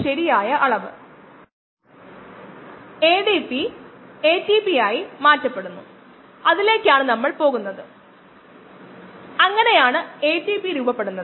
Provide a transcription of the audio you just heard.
അതിനാൽ അളക്കുന്ന മാസിൽ ഡ്രൈ സെൽസ് ലവണങ്ങളും ഉപയോഗശൂന്യമായ സബ്സ്ട്രേറ്റും മറ്റ് വസ്തുക്കളും അടങ്ങിയിരിക്കും